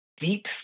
Deep